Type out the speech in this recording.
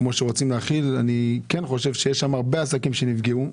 כמו שרוצים להחיל --- אני כן חושב שיש שם הרבה עסקים שנפגעו.